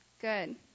Good